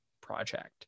project